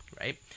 Right